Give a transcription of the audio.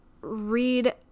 read